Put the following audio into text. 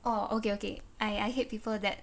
oh okay okay I I hate people that